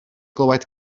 glywed